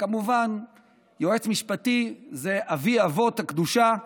וכמובן יועץ משפטי זה אבי-אבות הקדושה,